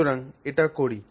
সুতরাং আমরা এটি করি